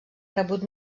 rebut